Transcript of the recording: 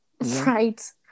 Right